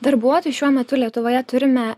darbuotojų šiuo metu lietuvoje turime